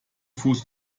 fuß